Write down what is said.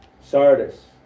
Sardis